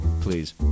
please